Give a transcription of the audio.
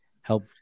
help